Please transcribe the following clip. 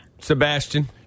Sebastian